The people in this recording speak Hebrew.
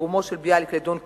תרגומו של ביאליק ל"דון קישוט"